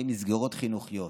במסגרות חינוכיות.